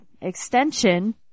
Extension